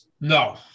No